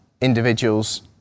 individuals